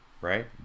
right